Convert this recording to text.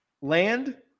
land